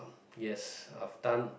yes I've done